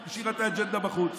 היא השאירה את האג'נדה בחוץ.